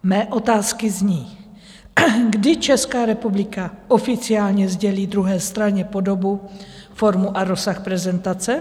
Mé otázky zní: Kdy Česká republika oficiálně sdělí druhé straně podobu, formu a rozsah prezentace?